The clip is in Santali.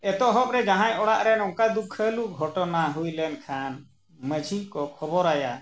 ᱮᱛᱚᱦᱚᱵ ᱨᱮ ᱡᱟᱦᱟᱸᱭ ᱚᱲᱟᱜ ᱨᱮ ᱱᱚᱝᱠᱟ ᱫᱩᱠᱷᱟᱹᱞᱩ ᱜᱷᱚᱴᱚᱱᱟ ᱦᱩᱭ ᱞᱮᱱᱠᱷᱟᱱ ᱢᱟᱺᱡᱷᱤ ᱠᱚ ᱠᱷᱚᱵᱚᱨᱟᱭᱟ